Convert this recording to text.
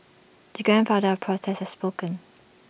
the grandfather protests has spoken